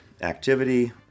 activity